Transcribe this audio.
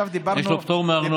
עכשיו דיברנו, יש לו פטור מארנונה.